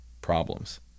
problems